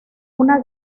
una